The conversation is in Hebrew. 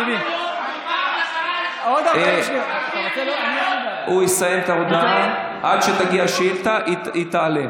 לא, הוא יסיים את ההודעה והיא תעלה.